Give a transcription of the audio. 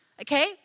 Okay